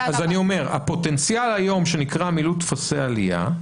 אז הפוטנציאל היום, שנקרא 'מילאו טופסי עלייה',